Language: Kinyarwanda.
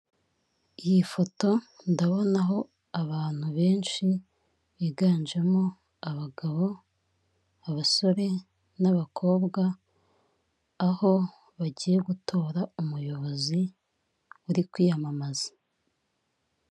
Iyi foto ndabonaho abantu benshi biganjemo abagabo, abasore n'abakobwa aho bagiye gutora umuyobozi uri kwiyamamaza.